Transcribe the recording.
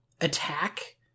attack